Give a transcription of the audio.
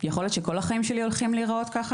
יכול להיות שכל החיים שלי הולכים להיראות ככה?